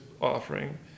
offering